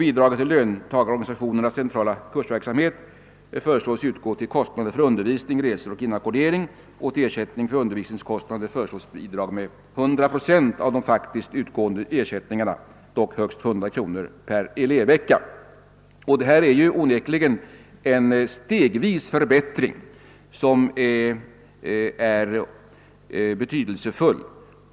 Bidrag till löntagarorganisationernas centrala kursverksamhet föreslås utgå för kostnader för undervisning, resor och inackordering med 100 procent Detta är onekligen en stegvis förbättring, som är betydelsefull.